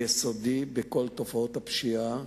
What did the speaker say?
יסודי, בכל תופעות הפשיעה,